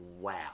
wow